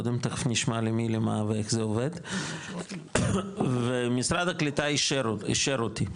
תיכף נשמע למי למה ואיך זה עובד ומשרד הקליטה אישר אותי,